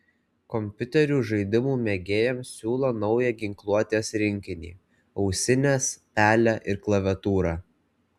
kompiuterių žaidimų mėgėjams siūlo naują ginkluotės rinkinį ausines pelę ir klaviatūrą